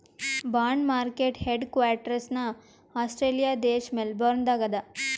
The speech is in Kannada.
bond market headquarters Australia ದೇಶ್ ಮೆಲ್ಬೋರ್ನ್ ದಾಗ್ ಅದಾ